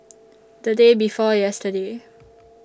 The Day before yesterday